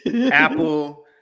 Apple